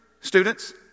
students